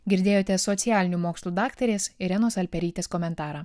girdėjote socialinių mokslų daktarės irenos alperytės komentarą